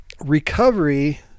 Recovery